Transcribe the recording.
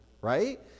right